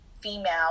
female